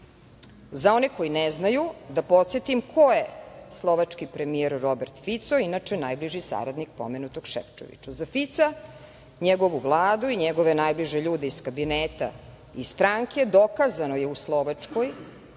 one koji ne znaju, da podsetim ko je slovački premijer Robert Fico, inače najbliži saradnik pomenutog Šefčoviča. Za Fica, njegovu Vladu i njegove najbliže ljude iz kabineta i stranke dokazano je u Slovačkoj